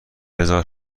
بزار